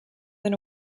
than